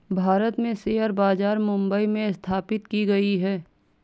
भारत में शेयर बाजार मुम्बई में स्थापित की गयी है